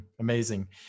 Amazing